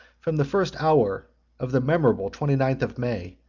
from the first hour of the memorable twenty-ninth of may,